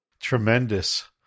Tremendous